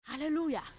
Hallelujah